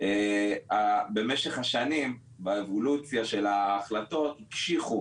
במשך השנים, באבולוציה של ההחלטות, הקשיחו